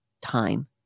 time